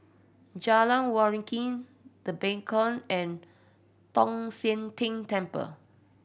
Jalan Waringin The Beacon and Tong Sian Tng Temple